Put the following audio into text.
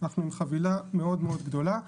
אנחנו עם חבילה מאוד גדולה.